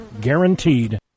guaranteed